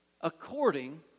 According